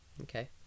Okay